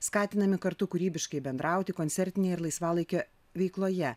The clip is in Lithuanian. skatinami kartu kūrybiškai bendrauti koncertinėje ir laisvalaikio veikloje